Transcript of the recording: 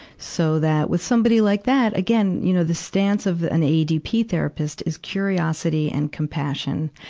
so that, with somebody like that, again, you know, the stance of an aedp therapist is curiosity and compassion.